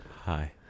Hi